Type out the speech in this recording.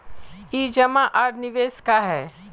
ई जमा आर निवेश का है?